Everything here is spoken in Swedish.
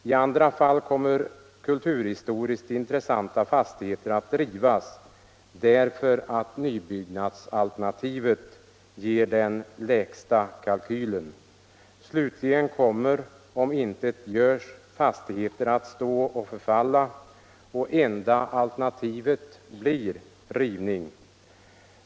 I andra fall kommer kulturhistoriskt intressanta fastigheter att rivas därför att nybyggnadsalternativet ger den lägsta kalkylen. Slutligen kommer, om intet görs, fastigheter att få förfalla och enda alternativet blir rivning.